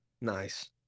Nice